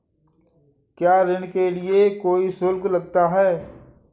क्या ऋण के लिए कोई शुल्क लगता है?